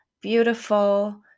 beautiful